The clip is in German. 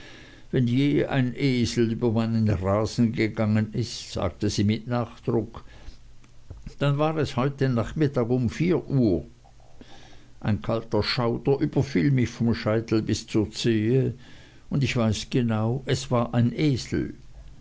wenn je ein esel über meinen rasen gegangen ist sagte sie mit nachdruck dann war es heute nachmittags um vier uhr ein kalter schauder überfiel mich vom scheitel bis zur zehe und ich weiß gewiß es war ein esel